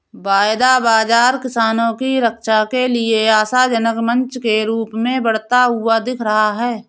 वायदा बाजार किसानों की रक्षा के लिए आशाजनक मंच के रूप में बढ़ता हुआ दिख रहा है